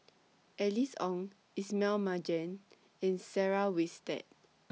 Alice Ong Ismail Marjan and Sarah Winstedt